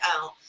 out